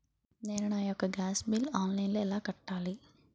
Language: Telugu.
నేను నా యెక్క గ్యాస్ బిల్లు ఆన్లైన్లో ఎలా కట్టాలి?